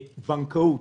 בנקאות: